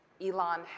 Elon